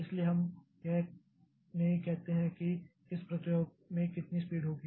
इसलिए हम यह नहीं कहते हैं कि किस प्रक्रिया में कितनी स्पीड होगी